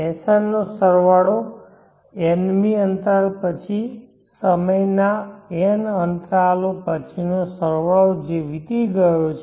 Sn નો સરવાળો નવમી અંતરાલ પછી સમયના n અંતરાલો પછીનો સરવાળો જે વીતી ગયો છે